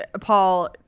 Paul